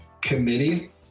Committee